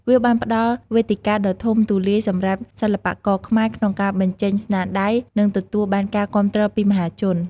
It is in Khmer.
វាបានផ្តល់វេទិកាដ៏ធំទូលាយសម្រាប់ សិល្បករខ្មែរ ក្នុងការបញ្ចេញស្នាដៃ និងទទួលបានការគាំទ្រពីមហាជន។